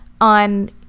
on